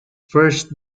first